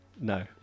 No